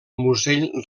musell